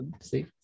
See